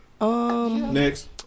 Next